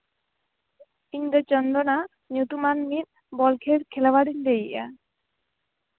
ᱤᱧ ᱫᱚ ᱪᱚᱱᱫᱚᱱᱟ ᱧᱩᱛᱩᱢᱟᱱ ᱢᱤᱫ ᱵᱳᱞᱠᱷᱮᱞ ᱠᱷᱮᱞᱳᱭᱟᱲ ᱤᱧ ᱞᱟᱹᱭ ᱮᱜᱼᱟ